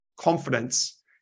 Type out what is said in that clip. confidence